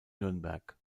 nürnberg